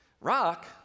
rock